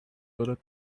bullet